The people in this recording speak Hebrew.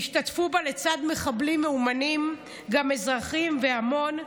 והשתתפו בה לצד מחבלים מאומנים גם אזרחים והמון,